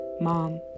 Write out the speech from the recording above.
mom